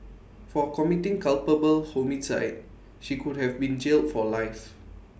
for committing culpable homicide she could have been jailed for life